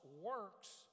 works